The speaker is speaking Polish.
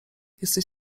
jesteś